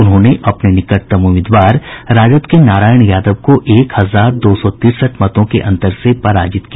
उन्होंने अपने निकटतम उम्मीदवार राजद के नारायण यादव को एक हजार दो सौ तिरसठ मतों के अंतर से पराजित किया